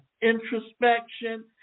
introspection